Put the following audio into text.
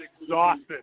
exhausted